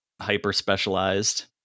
hyper-specialized